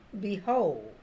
behold